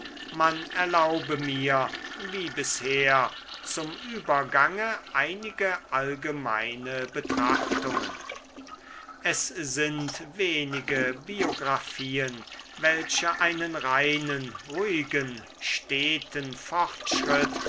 man erlaube mir wie bisher zum übergange einige allgemeine betrachtungen es sind wenig biographien welche einen reinen ruhigen steten fortschritt